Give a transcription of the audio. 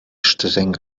streng